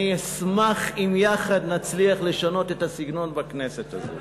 אני אשמח אם יחד נצליח לשנות את הסגנון בכנסת הזאת.